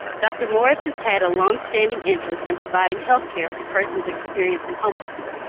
dr. morris has had a long-standing interest in providing healthcare for persons experiencing homelessness.